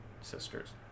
sister's